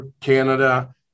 Canada